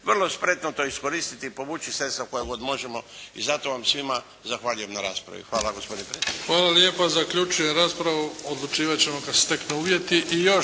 vrlo spretno to iskoristiti i povući sredstva koja god možemo i zato vam svima zahvaljujem na raspravi. Hvala gospodine predsjedniče.